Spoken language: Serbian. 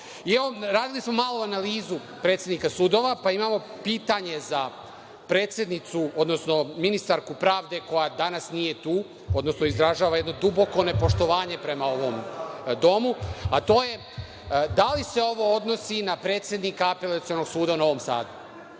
sprečilo. Radili smo malo analizu predsednika sudova pa imamo pitanje za predsednicu, odnosno ministarku pravde, koja danas nije tu, odnosno izražava jedno duboko nepoštovanje prema ovom Domu, a to je – da li se ovo odnosi na predsednika Apelacionog suda u Novom Sadu?